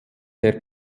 der